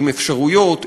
עם אפשרויות,